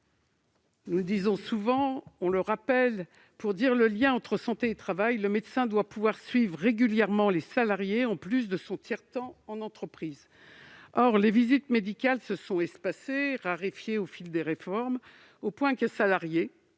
comme du collectif de travail. Pour dire le lien entre santé et travail, le médecin doit pouvoir suivre régulièrement les salariés, en plus de son tiers-temps en entreprise. Or les visites médicales se sont espacées et raréfiées au fil des réformes, au point qu'un salarié